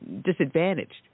disadvantaged